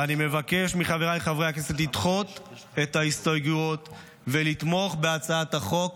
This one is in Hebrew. ואני מבקש מחבריי חברי הכנסת לדחות את ההסתייגויות ולתמוך בהצעת החוק